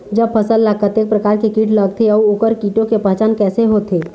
जब फसल ला कतेक प्रकार के कीट लगथे अऊ ओकर कीटों के पहचान कैसे होथे?